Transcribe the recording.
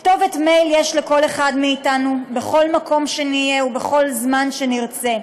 כתובת מייל יש לכל אחד מאתנו בכל מקום שנהיה ובכל זמן שנרצה.